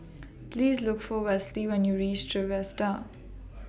Please Look For Westley when YOU REACH Trevista